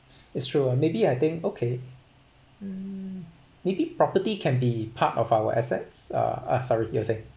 it's true uh maybe I think okay mm maybe property can be part of our assets uh ah sorry you say